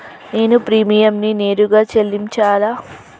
నేను ప్రీమియంని నేరుగా చెల్లించాలా?